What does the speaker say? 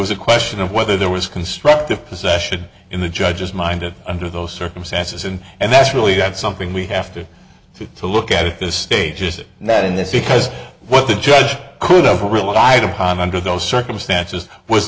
a question of whether there was constructive possession in the judge's mind of under those circumstances and and that's really that's something we have to do to look at this stage is it not in this because what the judge could never relied upon under those circumstances was